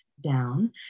down